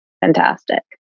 fantastic